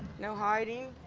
no hiding.